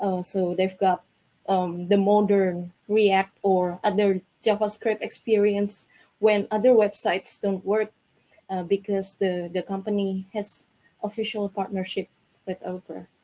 um so they've got um the modern react or other javascript experience when other websites don't work because the the company has official partnership with opera.